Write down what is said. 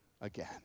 again